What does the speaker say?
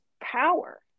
power